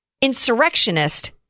insurrectionist